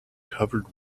covered